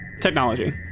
technology